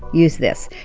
use this.